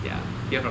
ya hear from